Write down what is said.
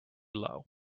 low